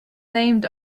named